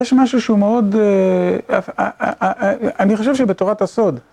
יש משהו שהוא מאוד... אני חושב שבתורת הסוד.